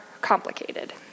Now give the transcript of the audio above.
complicated